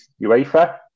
UEFA